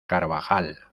carvajal